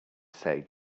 say